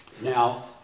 Now